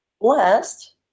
blessed